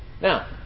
Now